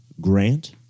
Grant